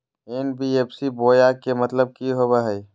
NBFC बोया के मतलब कि होवे हय?